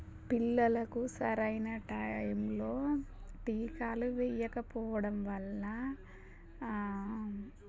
పిల్లలకు సరైన టైంలో టీకాలు వెయ్యకపోవడం వల్ల